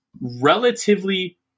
relatively